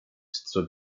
zur